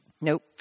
Nope